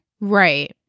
Right